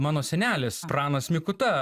mano senelis pranas mikuta